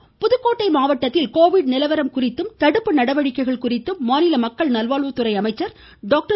விஜயபாஸ்கர் புதுக்கோட்டை நிலவரம் குறித்தும் தடுப்பு நடவடிக்கைகள் குறித்தும் மாநில மக்கள் நல்வாழ்வுத்துறை அமைச்சர் டாக்டர்